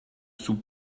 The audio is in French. sous